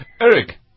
Eric